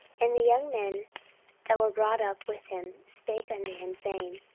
and the young men that were brought up with him spake unto him, saying,